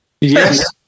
Yes